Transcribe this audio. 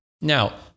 Now